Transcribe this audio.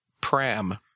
pram